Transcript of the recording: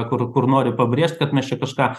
kur kur nori pabrėžt kad mes čia kažką